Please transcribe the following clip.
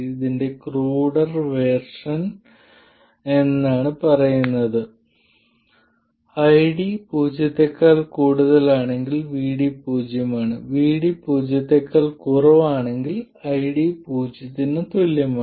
ഇതിന്റെ cruder version പറയുന്നത് ID പൂജ്യത്തേക്കാൾ കൂടുതലാണെങ്കിൽ VD പൂജ്യമാണ് VD പൂജ്യത്തേക്കാൾ കുറവാണെങ്കിൽ ID പൂജ്യത്തിന് തുല്യമാണ്